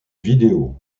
vidéos